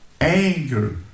anger